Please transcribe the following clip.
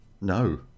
No